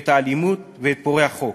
את האלימות ואת פורעי החוק.